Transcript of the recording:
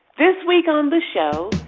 this week on the show,